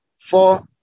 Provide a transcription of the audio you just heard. four